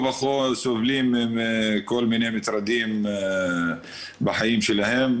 וכה סובלים מכל מיני מטרדים בחיים שלהם,